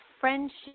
friendship